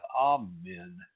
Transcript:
Amen